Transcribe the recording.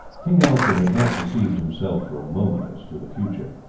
king alfred had not deceived himself for a moment as to the future.